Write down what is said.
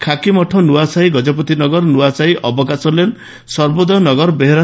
Khakimath Nuasahi Gajapati Nagar Nuasahi Abakash lane Sarbodra Nagar Behera